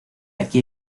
aquí